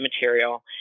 material